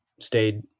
stayed